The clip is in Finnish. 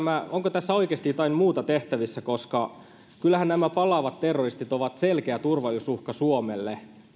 tässä oikeasti jotakin muuta tehtävissä koska kyllähän nämä palaavat terroristit ovat selkeä turvallisuusuhka suomelle